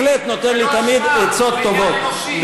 בהחלט נותן לי תמיד עצות טובות.